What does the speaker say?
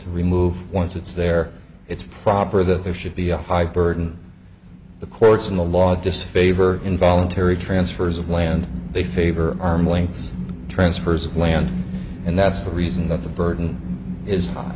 to remove once it's there it's proper that there should be a high burden the courts and the law disfavor involuntary transfers of land they favor arm length transfers of land and that's the reason that the burden is